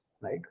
right